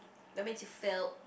that means you failed